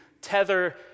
tether